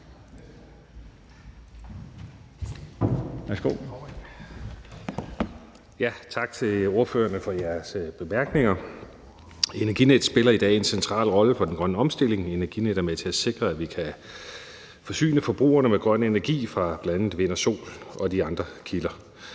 tak til ordførerne for jeres bemærkninger. Energinet spiller i dag en central rolle for den grønne omstilling. Energinet er med til at sikre, at vi kan forsyne forbrugerne med grøn energi fra bl.a. vind og sol og de andre kilder.